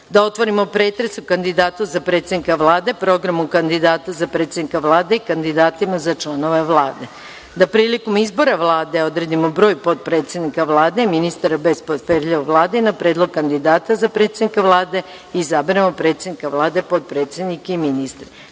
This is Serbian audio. da otvorimo pretres o kandidatu za predsednika Vlade, programu kandidata za predsednika Vlade i kandidatima za članove Vlade, da prilikom izbora Vlade odredimo broj potpredsednika Vlade, ministara bez portfelja u Vladi na predlog kandidata za predsednika Vlade i izaberemo potpredsednika Vlade, potpredsednike i ministre,